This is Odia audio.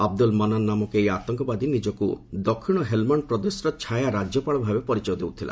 ଅବୁଦୁଲ୍ ମନାନ୍ ନାମକ ଏହି ଆତଙ୍କବାଦୀ ନିଜକ୍ତ ଦକ୍ଷିଣ ହେଲ୍ମଣ୍ଡ ପ୍ରଦେଶର ଛାୟା ରାଜ୍ୟପାଳ ଭାବେ ପରିଚୟ ଦେଉଥିଲା